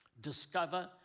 Discover